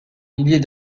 milliers